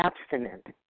abstinent